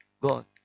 god